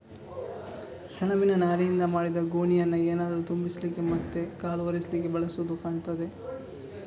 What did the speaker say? ಸೆಣಬಿನ ನಾರಿನಿಂದ ಮಾಡಿದ ಗೋಣಿಯನ್ನ ಏನಾದ್ರೂ ತುಂಬಿಸ್ಲಿಕ್ಕೆ ಮತ್ತೆ ಕಾಲು ಒರೆಸ್ಲಿಕ್ಕೆ ಬಳಸುದು ಕಾಣ್ತದೆ